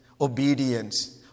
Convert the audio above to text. obedience